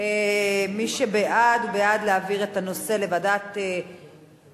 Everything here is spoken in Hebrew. מי שבעד הוא בעד להעביר את הנושא לוועדת העבודה,